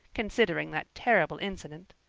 considering that terrible incident.